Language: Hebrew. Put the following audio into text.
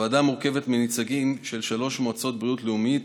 הוועדה מורכבת מנציגים של שלוש מועצות בריאות לאומיות: